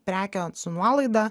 prekę su nuolaida